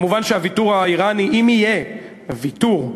מובן שהוויתור האיראני, אם יהיה ויתור,